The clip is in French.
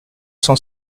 cent